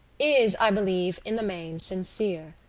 is, i believe, in the main sincere.